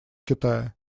китая